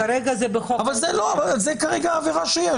אבל זו כרגע העבירה שיש.